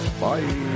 Bye